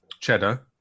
Cheddar